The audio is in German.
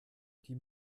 die